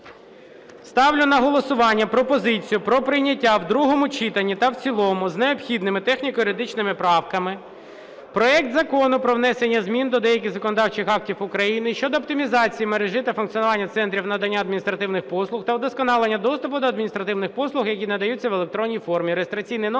Ставлю на голосування пропозицію про прийняття в другому читанні та в цілому з необхідними техніко-юридичними правками проект Закону про внесення змін до деяких законодавчих актів України щодо оптимізації мережі та функціонування центрів надання адміністративних послуг та удосконалення доступу до адміністративних послуг, які надаються в електронній формі